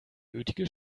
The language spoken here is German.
nötige